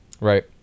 Right